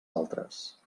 altres